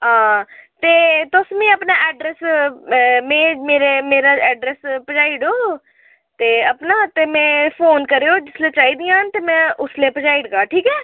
हां ते तुस मी अपना ऐड्रैस में मेरे मेरा ऐड्रैस पजाई ओड़ो ते अपना ते में फोन करङ जिसलै चाहिदियां न ते में उसलै पजाई ओड़गा ठीक ऐ